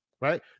right